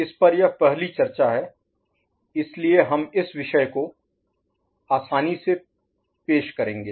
इस पर यह पहली चर्चा है इसलिए हम इस विषय को आसानी से पेश करेंगे